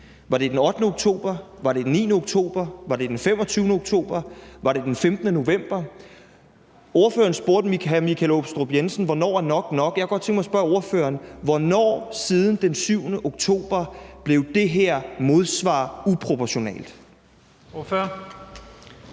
Var det den 8. oktober, var det den 9. oktober, var det den 25. oktober, var det den 15. november? Ordføreren spurgte hr. Michael Aastrup Jensen om, hvornår nok er nok. Jeg kunne godt tænke mig at spørge ordføreren, hvornår efter den 7. oktober det her modsvar blev uproportionalt. Kl.